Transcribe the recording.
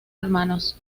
hermanos